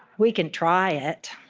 we can try it,